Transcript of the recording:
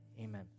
Amen